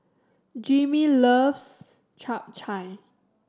Jimmy loves Chap Chai